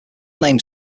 name